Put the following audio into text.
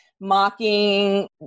mocking